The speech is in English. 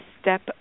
step